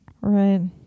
Right